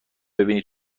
ببینی